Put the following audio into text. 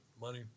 money